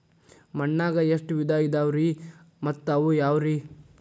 ಮಣ್ಣಾಗ ಎಷ್ಟ ವಿಧ ಇದಾವ್ರಿ ಮತ್ತ ಅವು ಯಾವ್ರೇ?